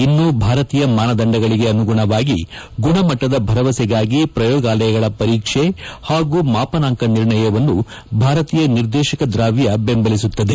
ಇನ್ನು ಭಾರತೀಯ ಮಾನದಂಡಗಳಿಗೆ ಅನುಗುಣವಾಗಿ ಗುಣಮಟ್ಟದ ಭರವಸೆಗಾಗಿ ಪ್ರಯೋಗಾಲಯಗಳ ಪರೀಕ್ಷೆ ಹಾಗೂ ಮಾಪನಾಂಕ ನಿರ್ಣಯವನ್ನು ಭಾರತೀಯ ನಿರ್ದೇಶಕ ದ್ರಾವ್ಯ ಬೆಂಬಲಿಸುತ್ತದೆ